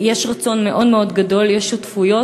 יש רצון מאוד מאוד גדול, יש שותפויות.